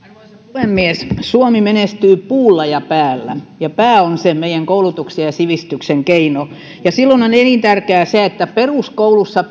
puhemies suomi menestyy puulla ja päällä ja pää on se meidän koulutuksen ja sivistyksen keino silloin on elintärkeää se että peruskoulussa